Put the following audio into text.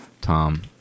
Tom